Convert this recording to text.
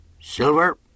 Silver